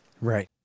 Right